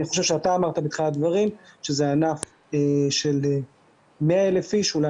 אני חושב שאתה אמרת בתחילת הדברים שזה ענף של 100,000 איש אולי